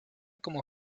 como